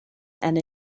and